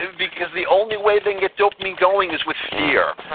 because the only way they can get dopamine going is with fear.